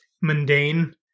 mundane